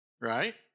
right